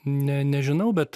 ne nežinau bet